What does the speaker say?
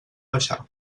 baixar